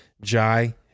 Jai